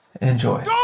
Enjoy